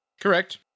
Correct